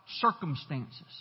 circumstances